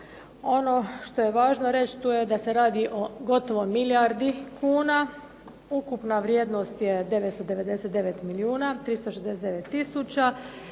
Ono što je važno reći tu je da se radi o gotovo milijardi kuna. Ukupna vrijednost je 999 milijuna 369 tisuća.